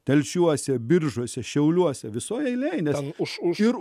telšiuose biržuose šiauliuose visoje eilėje nes ten už ir